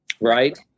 right